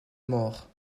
mort